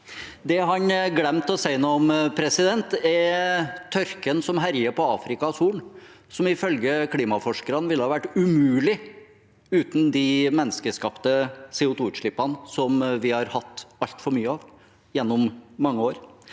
Det han glemte å si noe om, er tørken som herjer på Afrikas Horn, og som ifølge klimaforskerne ville ha vært umulig uten de menneskeskapte CO2-utslippene, som vi har hatt altfor mye av gjennom mange år.